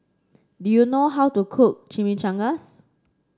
do you know how to cook Chimichangas